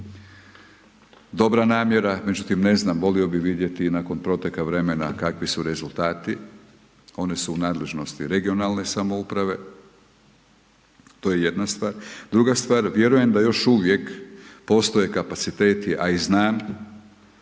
dobra namjera, međutim ne znam, volio bi vidjeti i nakon proteka vremena kakvi su rezultati, oni su u nadležnosti regionalne samouprave, to je jedna stvar. Druga stvar, vjerujem da još uvijek postoje kapaciteti, a i znam,